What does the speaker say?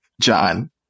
John